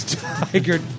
tiger